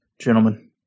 gentlemen